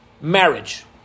Marriage